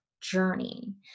journey